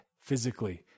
physically